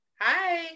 Hi